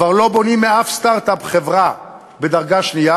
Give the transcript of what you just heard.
כבר לא בונים מאף סטרט-אפ חברה בדרגה שנייה.